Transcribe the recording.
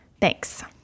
Thanks